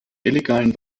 illegalen